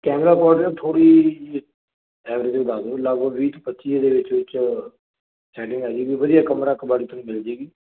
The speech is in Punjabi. ਮਿਲ ਜਾਏਗੀ